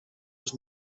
was